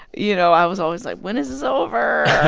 you know, i was always like, when is this over?